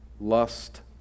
Lust